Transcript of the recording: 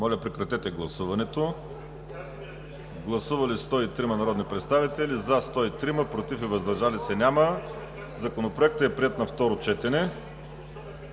на второ четене. Гласували 103 народни представители: за 103, против и въздържали се няма. Законопроектът е приет на второ четене.